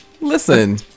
Listen